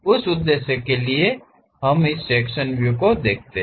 उस उद्देश्य के लिए हम इस सेक्शन व्यू को देखते हैं